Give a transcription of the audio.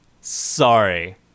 Sorry